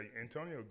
Antonio